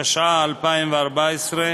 התשע"ה 2014,